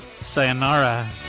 sayonara